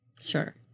Sure